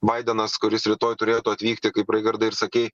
baidenas kuris rytoj turėtų atvykti kaip raigardai ir sakei